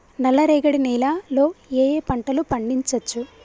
నల్లరేగడి నేల లో ఏ ఏ పంట లు పండించచ్చు?